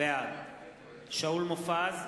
בעד שאול מופז,